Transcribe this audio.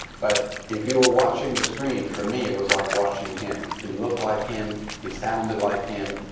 but if you were watching the screen, for me, it was like watching him. he looked like him. he sounded like him.